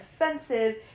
offensive